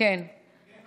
1 נתקבל.